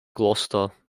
gloucester